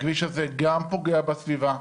הכביש הזה גם פוגע בסביבה,